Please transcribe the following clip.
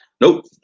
Nope